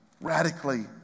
Radically